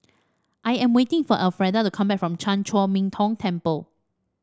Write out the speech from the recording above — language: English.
I am waiting for Alfreda to come back from Chan Chor Min Tong Temple